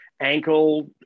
ankle